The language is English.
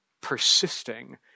persisting